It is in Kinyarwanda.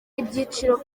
iby’igiciro